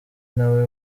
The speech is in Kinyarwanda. nawe